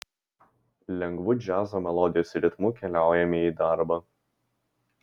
lengvu džiazo melodijos ritmu keliaujame į darbą